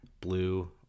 blue